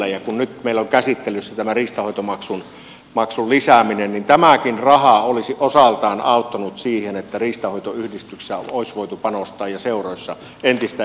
kun nyt meillä on käsittelyssä tämä riistanhoitomaksun lisääminen niin tämäkin raha olisi osaltaan auttanut siihen että riistanhoitoyhdistyksissä ja seuroissa olisi voitu panostaa entistä enempi tähän nuorisotyöhön